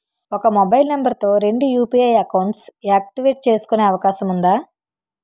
ఒక mobile number తో రెండు యు.పి.ఐ అకౌంట్స్ యాక్టివేట్ చేసుకునే అవకాశం వుందా?